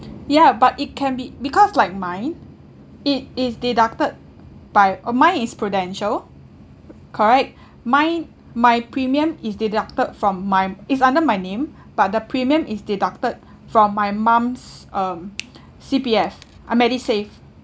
yeah but it can be~ because like mine it is deducted by uh mine is Prudential correct mine my premium is deducted from my is under my name but the premium is deducted from my mum's um C_P_F uh MediSave